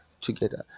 together